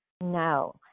No